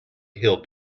he’ll